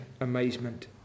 amazement